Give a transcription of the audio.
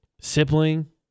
sibling